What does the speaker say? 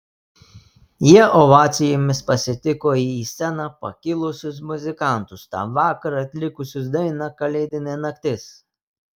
jie ovacijomis pasitiko į sceną pakilusius muzikantus tą vakarą atlikusius dainą kalėdinė naktis